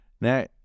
Now